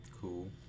Cool